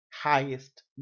highest